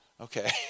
okay